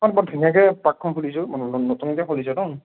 তাত বৰ ধুনীয়াকৈ পাৰ্কখন খুলিছে অ' নতুন নতুনকৈ খুলিছে ন